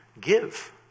give